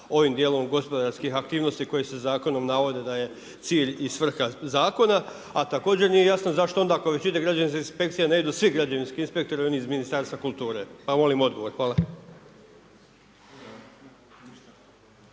ovim dijelom gospodarskih aktivnosti, koja se zakonom navode da je cilj i svrha zakona. A također nije jasno zašto onda …/Govornik se ne razumije./… ne idu svi građevinski inspektori i oni iz Ministarstva kulture, pa molim odgovor. Hvala.